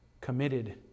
committed